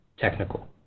Technical